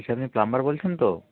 Ishani plumber বলছেন তো